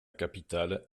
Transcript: capitale